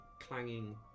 clanging